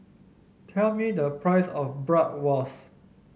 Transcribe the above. tell me the price of Bratwurst